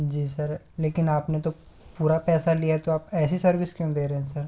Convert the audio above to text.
जी sir लेकिन आपने तो पूरा पैसा लिया तो आप ऐसी सर्विस क्यों दे रहे हैं सर